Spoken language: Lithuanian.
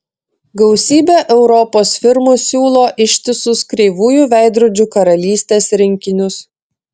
gausybė europos firmų siūlo ištisus kreivųjų veidrodžių karalystės rinkinius